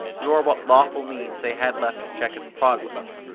nor what lawful means they had left to check its progress.